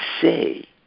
say